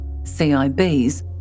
CIBs